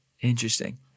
Interesting